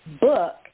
book